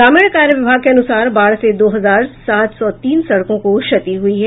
ग्रामीण कार्य विभाग के अनुसार बाढ़ से दो हजार सात सौ तीन सड़कों को क्षति हुई है